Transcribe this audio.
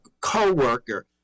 co-worker